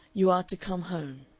you are to come home.